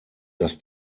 das